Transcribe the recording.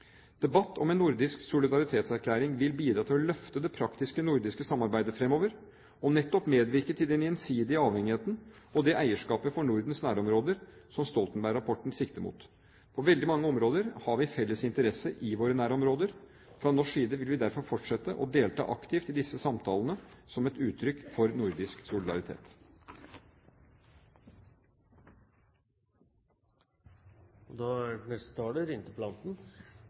Debatt om en nordisk solidaritetserklæring vil bidra til å løfte det praktiske nordiske samarbeidet fremover, og nettopp medvirke til den gjensidige avhengigheten og det eierskapet for Nordens nærområder som Stoltenberg-rapporten sikter mot. På veldig mange områder har vi felles interesser i våre nærområder. Fra norsk side vil vi derfor fortsette å delta aktivt i disse samtalene som et uttrykk for nordisk